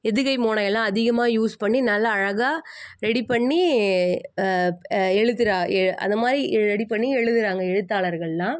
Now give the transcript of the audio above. எதுகை மோனை எல்லாம் அதிகமாக யூஸ் பண்ணி நல்லா அழகாக ரெடி பண்ணி எழுதுற எ அந்த மாதிரி ரெடி பண்ணி எழுதுகிறாங்க எழுத்தாளர்களெல்லாம்